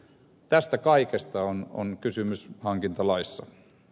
tästä kaikesta on kysymys hankintalaissa